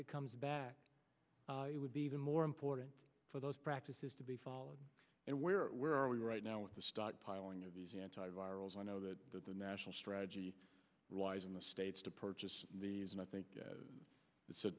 it comes back it would be even more important for those practices to be followed and where where are we right now with the stockpiling of these anti virals i know that the national strategy lies in the states to purchase these and i think